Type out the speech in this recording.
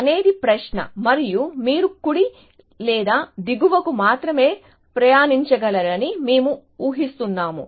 అనేది ప్రశ్న మరియు మీరు కుడి లేదా దిగువకు మాత్రమే ప్రయాణించగలరని మేము ఊహిస్తున్నాము